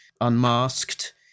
Unmasked